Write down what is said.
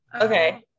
okay